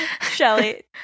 Shelly